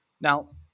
Now